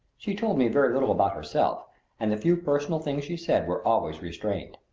she told me very little about herself and the few personal things she said were always restrained.